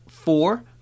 Four